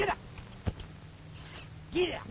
yeah yeah